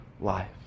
life